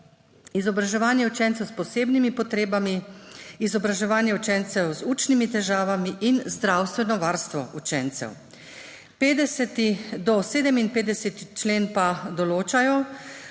izobraževanje učencev s posebnimi potrebami, izobraževanje učencev z učnimi težavami in zdravstveno varstvo učencev. 50. do 57. člen pa določajo: